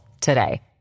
today